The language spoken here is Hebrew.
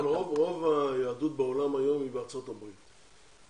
אבל רוב היהדות בעולם היום בארצות הברית,